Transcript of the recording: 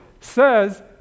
says